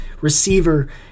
receiver